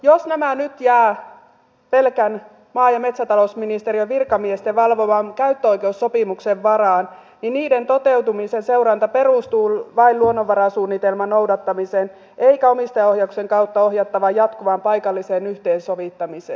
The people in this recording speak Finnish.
jos nämä nyt jäävät pelkän maa ja metsätalousministeriön virkamiesten valvoman käyttöoikeussopimuksen varaan niin niiden toteutumisen seuranta perustuu vain luonnonvarasuunnitelman noudattamiseen eikä omistajaohjauksen kautta ohjattavaan jatkuvaan paikalliseen yhteensovittamiseen